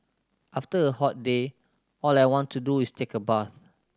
after a hot day all I want to do is take a bath